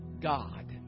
God